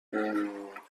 ممم